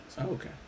okay